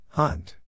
Hunt